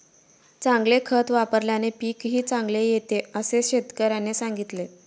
चांगले खत वापल्याने पीकही चांगले येते असे शेतकऱ्याने सांगितले